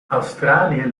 australië